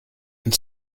and